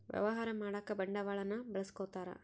ವ್ಯವಹಾರ ಮಾಡಕ ಬಂಡವಾಳನ್ನ ಬಳಸ್ಕೊತಾರ